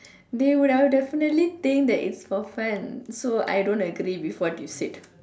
they would I would definitely think that it's for fun so I don't agree with what you said